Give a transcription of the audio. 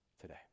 today